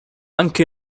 anche